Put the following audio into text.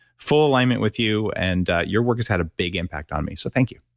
full alignment with you and your work has had a big impact on me. so thank you,